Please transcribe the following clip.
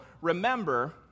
remember